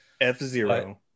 f-zero